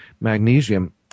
magnesium